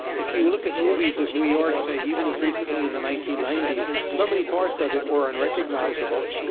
if you look at movies of new york, say, even as recently in the nineteen ninety s, so many parts of it were unrecognizable,